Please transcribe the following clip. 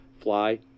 fly